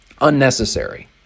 unnecessary